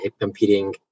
competing